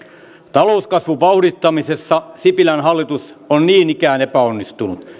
talouskasvun vauhdittamisessa sipilän hallitus on niin ikään epäonnistunut